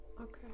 Okay